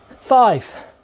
Five